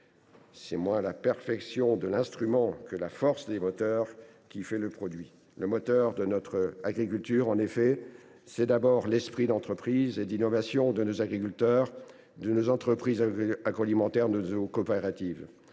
c’est moins la perfection de l’instrument que la force des moteurs qui fait le produit. » Le moteur de notre agriculture, en effet, c’est d’abord l’esprit d’entreprise et d’innovation de nos agriculteurs, de nos entreprises agroalimentaires et de nos coopératives.